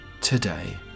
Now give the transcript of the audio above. today